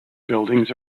buildings